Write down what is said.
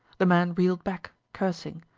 the man reeled back, cursing.